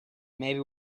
maybe